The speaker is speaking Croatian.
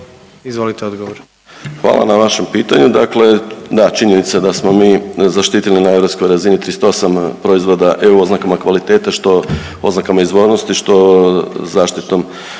**Majdak, Tugomir** Hvala na vašem pitanju. Dakle, da činjenica da smo mi zaštitili na europskoj razini 38 proizvoda EU oznakama kvalitete što oznakama izvornosti, što zaštitom